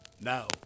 Now